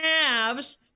halves